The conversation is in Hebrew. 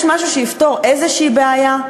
יש משהו שיפתור איזושהי בעיה?